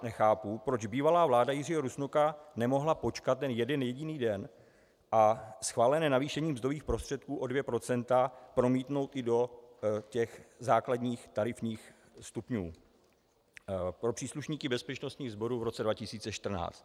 Trochu nechápu, proč bývalá vláda Jiřího Rusnoka nemohla počkat ten jeden jediný den a schválené navýšení mzdových prostředků o dvě procenta promítnout i do základních tarifních stupňů pro příslušníky bezpečnostních sborů v roce 2014.